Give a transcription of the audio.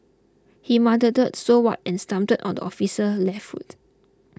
he muttered so what and stamped on the officer left foot